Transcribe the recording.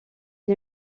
est